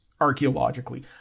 archaeologically